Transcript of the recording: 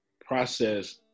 process